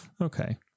okay